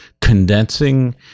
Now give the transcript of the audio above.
condensing